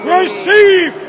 receive